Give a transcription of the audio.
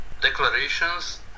declarations